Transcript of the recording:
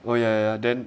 well ya then